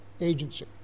agency